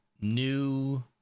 new